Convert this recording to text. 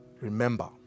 remember